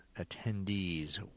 attendees